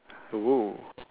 !woo!